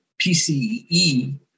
PCE